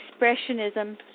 expressionism